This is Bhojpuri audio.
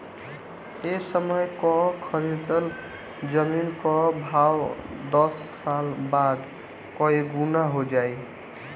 ए समय कअ खरीदल जमीन कअ भाव दस साल बाद कई गुना हो जाई